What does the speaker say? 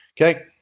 Okay